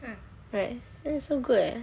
right and it's so good eh